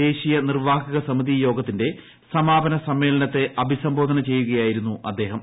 ദേശീയ നിർവാഹക സമിതി യോഗത്തിന്റെ സമാപന സമ്മേളനത്തെ അഭിസംബോധന ചെയ്യുകയായിരുന്നു് അദ്ദേഹം